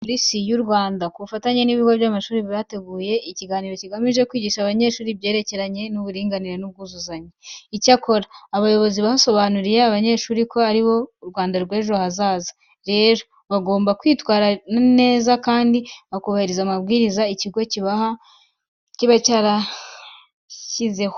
Polisi y'u Rwanda ku bufatanye n'ibigo by'amashuri, bateguye ikiganiro kigamije ku kwigisha abanyeshuri ibyerekerenye n'uburinganire n'ubwuzuzanye. Icyakora aba bayobozi basobanuriye abanyeshuri ko ari bo Rwanda rw'ejo hazaza. Rero, bagomba kwitwara neza kandi bakubahiriza amabwiriza ikigo kiba cyarashyizeho.